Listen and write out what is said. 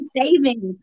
savings